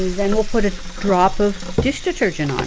then we'll put a drop of dish detergent on